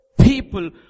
people